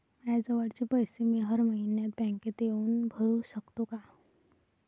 मायाजवळचे पैसे मी हर मइन्यात बँकेत येऊन भरू सकतो का?